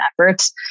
efforts